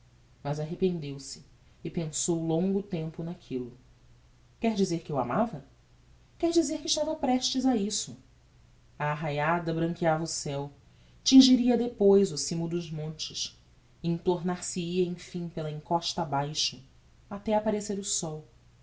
mas arrependeu-se e pensou longo tempo naquillo quer dizer que o amava quer dizer que estava prestes a isso a arraiada branqueava o ceu tingiria depois o cimo dos montes entornar se hia emfim pela encosta abaixo até apparecer o sol